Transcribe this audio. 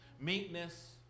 meekness